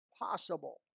possible